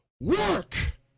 Work